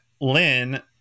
Lynn